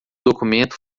documento